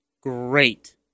great